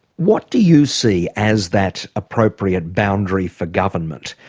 what do you see as that appropriate boundary for government?